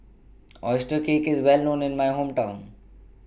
Oyster Cake IS Well known in My Hometown